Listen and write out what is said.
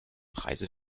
preise